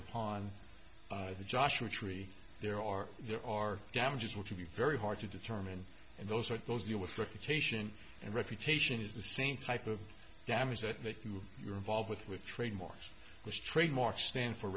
upon the joshua tree there are there are damages which would be very hard to determine and those are those of you with reputation and reputation is the same type of damage that you are involved with with trademarks which trademarks stand for